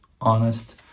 honest